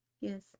Yes